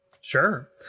sure